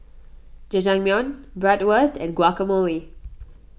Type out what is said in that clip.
Jajangmyeon Bratwurst and Guacamole